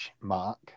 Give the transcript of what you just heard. mark